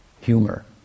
Humor